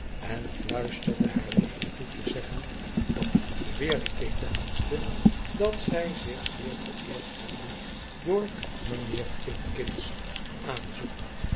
en fluisterde haar nichtje toe te zeggen dat beweerde kate tenminste dat zij zich zeer vereerd gevoelde door mijnheer pipkin's aanzoek